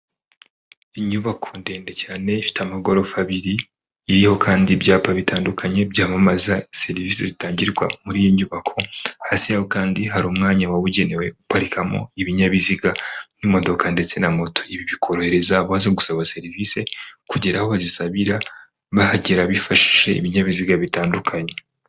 Inyubako ndende cyane ifite amagorofa abiri, iriho kandi ibyapa bitandukanye byamamaza serivisi zitangirwa muri iyi nyubako, hasi yaho kandi hari umwanya wabugenewe guparikamo ibinyabiziga nk'imodoka ndetse na moto. Ibi bikorohereza abaza gusaba serivisi kugera aho bazisabira, bahagera bifashishije ibinyabiziga bitandukanye.